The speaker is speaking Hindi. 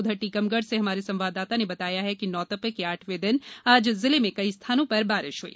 उधर टीकमगढ़ से हमारे संवाददाता ने बताया है कि नौतपे के आठवे दिन आज जिले में कई स्थानों पर बारिश हई